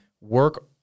work